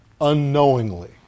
unknowingly